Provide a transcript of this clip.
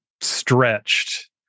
stretched